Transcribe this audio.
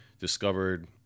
discovered